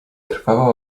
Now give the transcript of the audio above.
krwawa